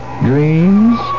dreams